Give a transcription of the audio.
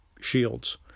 shields